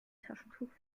taschentuch